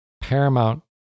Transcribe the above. Paramount